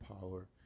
power